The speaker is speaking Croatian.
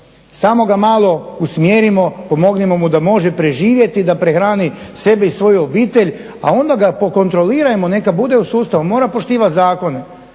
samo ga malo usmjerimo, pomognimo mu da može preživjeti da prehrani sebe i svoju obitelj, a onda ga pokontrolirajmo neka bude u sustavu mora poštivati zakone.